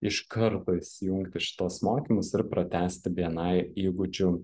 iš karto įsijungti šituos mokymus ir pratęsti bni įgūdžių